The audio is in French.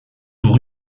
pour